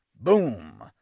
boom